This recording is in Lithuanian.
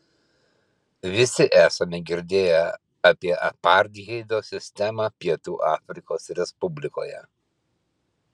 visi esame girdėję apie apartheido sistemą pietų afrikos respublikoje